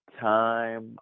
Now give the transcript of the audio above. time